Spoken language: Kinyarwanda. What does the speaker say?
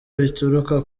bituruka